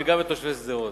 וגם את תושבי שדרות.